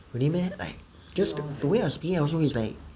really meh like just the way I speaking is like